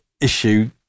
issue